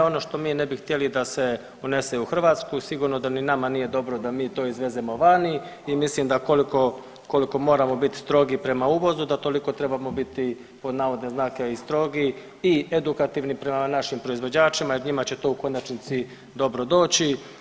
Ono što mi ne bi htjeli da se unese u Hrvatsku, sigurno da ni nama nije dobro da mi to izvezemo vani i mislim da koliko moramo biti strogi prema uvozu, da toliko trebamo biti, pod navodne znake i strogi i edukativni prema našim proizvođačima jer njima će to u konačnici dobro doći.